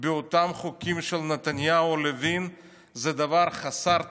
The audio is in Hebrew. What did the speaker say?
באותם חוקים של נתניהו ולוין זה דבר חסר תקדים.